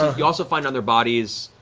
you also find on their bodies